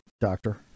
Doctor